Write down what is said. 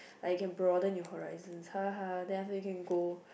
like you can broaden your horizons ha ha then after you can go